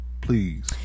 Please